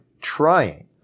trying